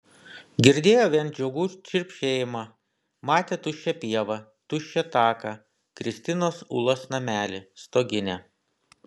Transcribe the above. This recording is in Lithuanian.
girdėjo vien žiogų čirpsėjimą matė tuščią pievą tuščią taką kristinos ulos namelį stoginę